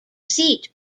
seat